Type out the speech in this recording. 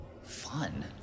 fun